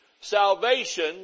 Salvation